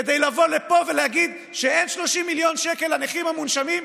כדי לבוא ולפה ולהגיד שאין 30 מיליון שקל לנכים המונשמים,